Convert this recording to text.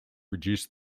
reduced